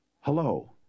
Hello